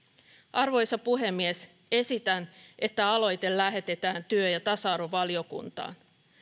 arvoisa puhemies esitän että aloite lähetetään työ ja tasa arvovaliokuntaan